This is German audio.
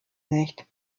nicht